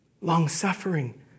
long-suffering